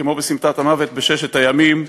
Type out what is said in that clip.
כמו ב"סמטת המוות" בששת הימים.